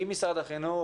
עם משרד החינוך,